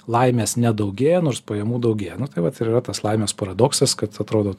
laimės nedaugėja nors pajamų daugėja nu tai vat ir yra tas laimės paradoksas kad atrodo